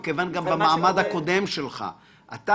אתה,